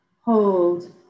hold